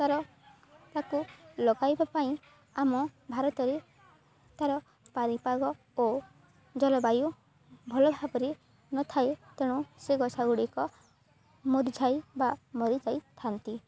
ତାର ତାକୁ ଲଗାଇବା ପାଇଁ ଆମ ଭାରତରେ ତାର ପାଣିପାଗ ଓ ଜଳବାୟୁ ଭଲ ଭାବରେ ନଥାଏ ତେଣୁ ସେ ଗଛ ଗୁଡ଼ିକ ମରିଯାଇଥାନ୍ତି